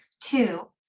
Two